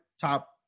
top